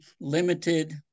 limited